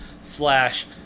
slash